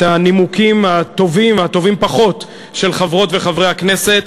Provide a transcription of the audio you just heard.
הנימוקים הטובים והטובים-פחות של חברות וחברי הכנסת.